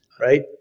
right